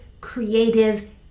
creative